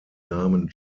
namen